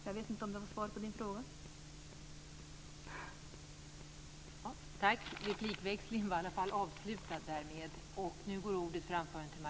Jag vet inte om det är svar på Ola Sundells fråga.